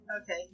Okay